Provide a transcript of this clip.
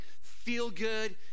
feel-good